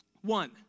One